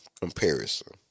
Comparison